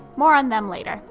more on them later.